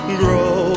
grow